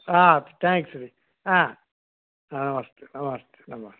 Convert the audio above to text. ಹಾಂ ತ್ಯಾಂಕ್ಸ್ ರೀ ಹಾಂ ಹಾಂ ನಮಸ್ತೆ ನಮಸ್ತೆ ನಮಸ್ತೆ